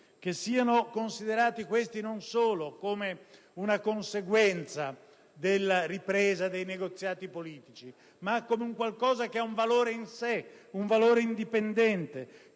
che siano considerati, questi, non solo come una conseguenza della ripresa dei negoziati politici, ma come un qualcosa che ha valore in sé, indipendente,